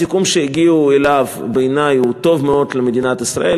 הסיכום שהגיעו אליו הוא בעיני טוב מאוד למדינת ישראל,